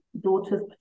daughter's